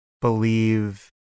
believe